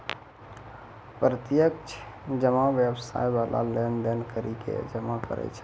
प्रत्यक्ष जमा व्यवसाय बाला लेन देन करि के जमा करै छै